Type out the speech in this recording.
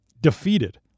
defeated